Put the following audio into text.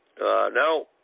No